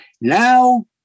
now